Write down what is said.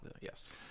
Yes